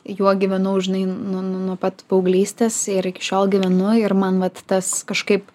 juo gyvenau žinai nuo nuo nuo pat paauglystės ir iki šiol gyvenu ir man vat tas kažkaip